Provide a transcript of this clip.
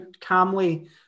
calmly